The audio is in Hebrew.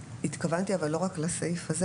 התכוונתי לא רק לסעיף הזה,